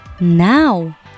Now